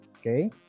Okay